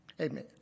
Amen